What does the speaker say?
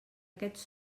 aquests